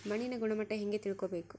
ಮಣ್ಣಿನ ಗುಣಮಟ್ಟ ಹೆಂಗೆ ತಿಳ್ಕೊಬೇಕು?